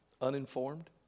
uninformed